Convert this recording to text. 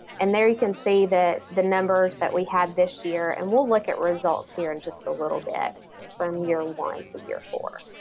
and there you can see that the numbers that we have this year and we'll look at results here in just a little bit from year one to year four.